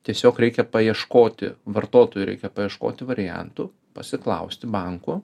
tiesiog reikia paieškoti vartotojų reikia paieškoti variantų pasiklausti bankų